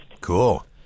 Cool